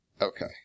Okay